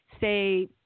say